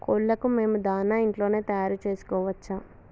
కోళ్లకు మేము దాణా ఇంట్లోనే తయారు చేసుకోవచ్చా?